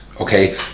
okay